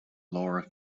lower